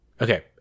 Okay